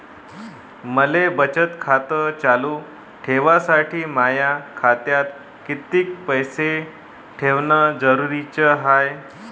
मले बचत खातं चालू ठेवासाठी माया खात्यात कितीक पैसे ठेवण जरुरीच हाय?